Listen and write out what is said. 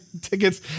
tickets